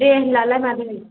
दे होमब्लालाय मादै